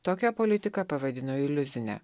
tokią politiką pavadino iliuzine